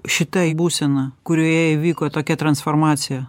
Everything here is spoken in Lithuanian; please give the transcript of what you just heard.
šitai būsena kurioje įvyko tokia transformacija